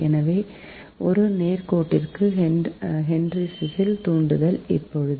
எனவே ஒரு நேர்கோட்டுக்கு ஹென்றிஸில் தூண்டல் எப்போது